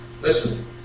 Listen